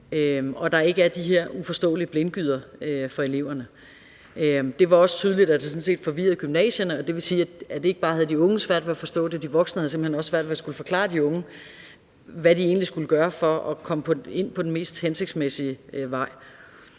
at der ikke er de her uforståelige blindgyder for eleverne. Det var også tydeligt, at det sådan set forvirrede gymnasierne, og det vil sige, at det ikke bare var de unge, der havde svært ved at forstå det; de voksne havde simpelt hen også svært ved at skulle forklare de unge, hvad de egentlig skulle gøre for at komme ind på den mest hensigtsmæssige vej.